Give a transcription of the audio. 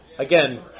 Again